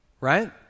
right